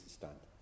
stand